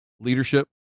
leadership